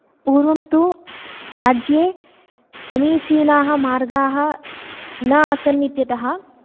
पूर्वं तु राज्ये समीचीनाः मार्गाः न आसन् इत्यतः